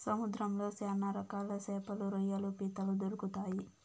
సముద్రంలో శ్యాన రకాల శాపలు, రొయ్యలు, పీతలు దొరుకుతాయి